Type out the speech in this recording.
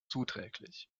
zuträglich